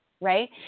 Right